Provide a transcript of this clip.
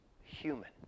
human